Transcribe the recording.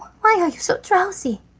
why are you so drowsy?